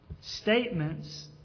statements